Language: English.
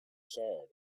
charred